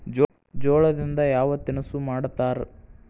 ಜೋಳದಿಂದ ಯಾವ ತಿನಸು ಮಾಡತಾರ?